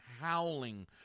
howling